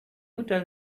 tell